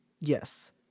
Yes